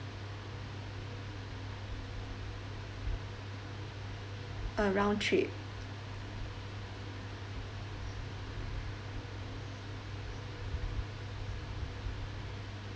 a round trip